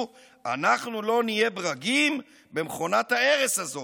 'אנחנו לא נהיה ברגים במכונת ההרס הזאת'.